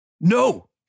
No